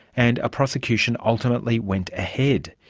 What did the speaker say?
and a prosecution ultimately went ahead.